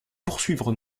poursuivre